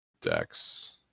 Dex